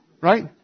Right